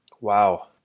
Wow